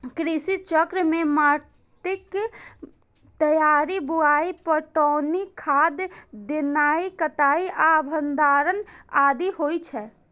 कृषि चक्र मे माटिक तैयारी, बुआई, पटौनी, खाद देनाय, कटाइ आ भंडारण आदि होइ छै